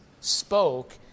spoke